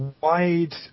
wide